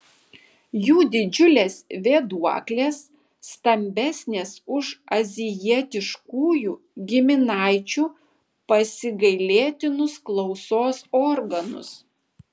jų didžiulės vėduoklės stambesnės už azijietiškųjų giminaičių pasigailėtinus klausos organus